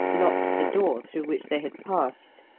locked the door through which they had passed,